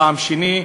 טעם שני,